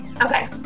Okay